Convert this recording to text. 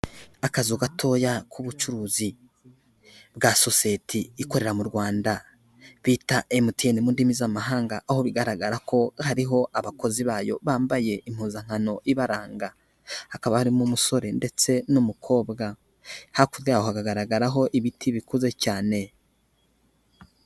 Akazu gatoya k'ubucuruzi. Bwa sosiyete ikorera mu Rwanda. Bita emutiyene mu ndimi z'amahanga aho bigaragara ko hariho abakozi bayo bambaye impuzankano ibaranga. Hakaba harimo umusore ndetse n'umukobwa. Hakurya yaho hagaragaraho ibiti bikuze cyane.